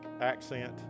accent